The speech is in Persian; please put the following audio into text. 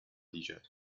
ایجاد